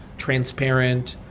transparent,